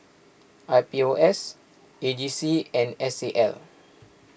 I P O S A G C and S A L